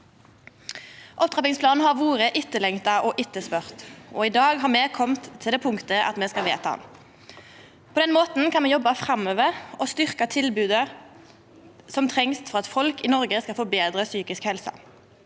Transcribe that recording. Opptrappingsplanen har vore etterlengta og etterspurd, og i dag har me kome til det punktet at me skal vedta han. På den måten kan me jobba framover og styrkja tilbodet som trengst for at folk i Noreg skal få betre psykisk helse.